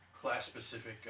class-specific